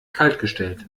kaltgestellt